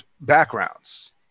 backgrounds